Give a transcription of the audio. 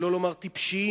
שלא לומר טיפשיים,